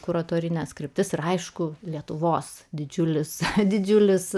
kuratorines kryptis ir aišku lietuvos didžiulis didžiulis